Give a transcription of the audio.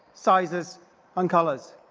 sizes and colors.